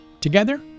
together